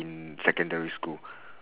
in secondary school